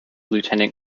lieutenant